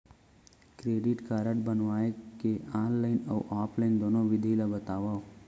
Credit card बनवाए के online अऊ ऑफलाइन दुनो विधि ला बतावव?